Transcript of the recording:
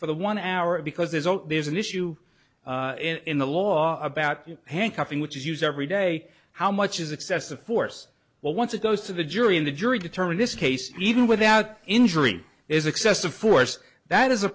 for the one hour because there's a there's an issue in the law about handcuffing which is used every day how much is excessive force but once it goes to the jury in the jury determine this case even without injury is excessive force that is a